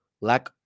lack